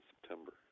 September